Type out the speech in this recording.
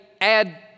add